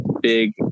big